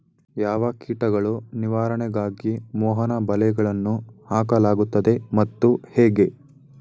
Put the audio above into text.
ಯಾವ ಕೀಟಗಳ ನಿವಾರಣೆಗಾಗಿ ಮೋಹನ ಬಲೆಗಳನ್ನು ಹಾಕಲಾಗುತ್ತದೆ ಮತ್ತು ಹೇಗೆ?